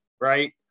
Right